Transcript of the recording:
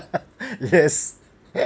yes